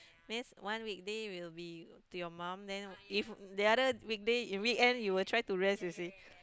means one weekday will be to your mum then if the other weekday weekend you will try to rest you see